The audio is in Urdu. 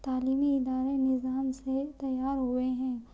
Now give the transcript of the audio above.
تعلیمی ادارے نظام سے تیار ہوئے ہیں